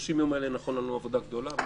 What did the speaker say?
שב-30 יום האלה נכונה לנו עבודה גדולה.